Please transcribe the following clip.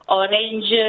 orange